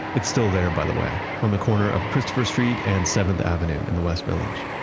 it's still there, by the way, on the corner of christopher street and seventh avenue in the west village.